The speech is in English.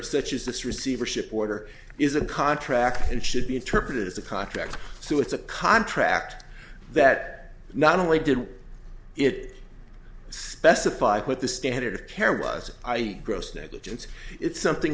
such as this receivership order is a contract and should be interpreted as a contract so it's a contract that not only did it specify what the standard of care was i e gross negligence it's something